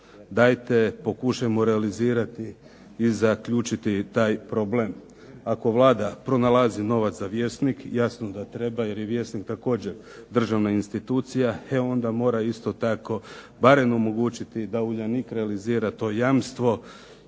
dajte pokušajmo realizirati i zaključiti i taj problem. Ako Vlada pronalazi novac za "Vjesnik", jasno da treba jer je "Vjesnik" također državna institucija, e onda mora isto tako barem omogućiti da "Uljanik" realizira to jamstvo